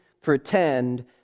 pretend